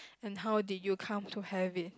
and how did you come to have it